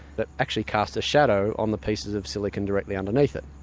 but actually casts a shadow on the pieces of silicon directly underneath it,